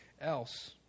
else